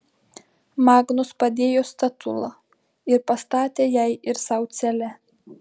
magnus padėjo statulą ir pastatė jai ir sau celę